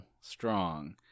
Strong